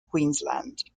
queensland